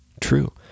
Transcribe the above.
true